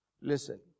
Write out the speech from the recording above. Listen